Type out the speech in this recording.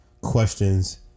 questions